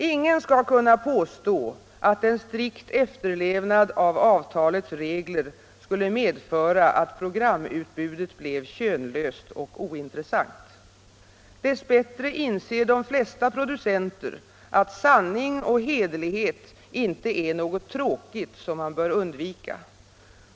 Ingen skall kunna påstå att en strikt efterlevnad av avtalets regler skulle medföra att programutbudet blev könlöst och ointressant. Dess bättre inser de flesta producenter att sanning och hederlighet inte är något tråkigt som man bör undvika.